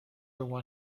really